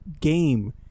game